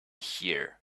here